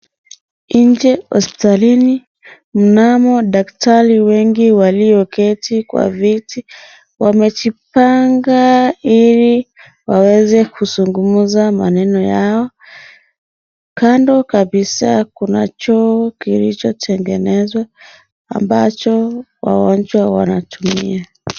Nje hospitalini mnamo daktari wengi walioketi kwa viti, wamejipanga ili waweze kuzungumza maneno yao. Kando kabisa kuna choo kilichotengenezwa ambacho wagonjwa wanatumia.